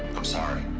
i'm sorry.